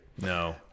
No